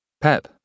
Pep